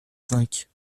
cinq